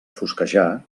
fosquejar